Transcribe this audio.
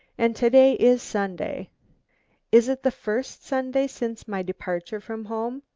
and to-day is sunday is it the first sunday since my departure from home?